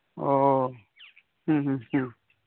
ᱳ ᱦᱮᱸ ᱦᱮᱸ